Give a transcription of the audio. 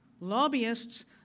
lobbyists